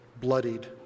bloodied